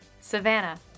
Savannah